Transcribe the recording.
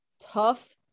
tough